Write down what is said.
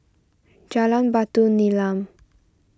Jalan Batu Nilam